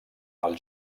als